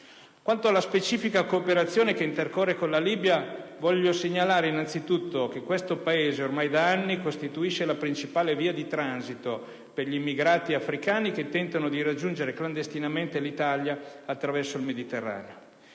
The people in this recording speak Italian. Quanto alla specifica cooperazione che intercorre con la Libia, voglio segnalare innanzitutto che questo Paese, ormai da anni, costituisce la principale via di transito per i migrati africani che tentano di raggiungere clandestinamente l'Italia attraverso il Mediterraneo.